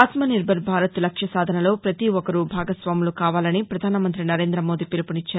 ఆత్మనిర్బర్ భారత్ లక్ష్మ సాధనలో పతీ ఒక్కరూ భాగస్వాములు కావాలని పధానమంతి నరేందమోదీ పిలుపునిచ్చారు